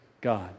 God